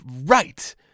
right